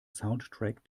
soundtrack